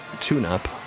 tune-up